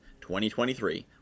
2023